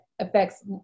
affects